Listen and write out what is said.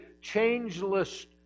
changeless